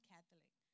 Catholic